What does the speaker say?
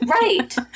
right